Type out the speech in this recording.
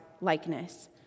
likeness